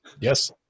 Yes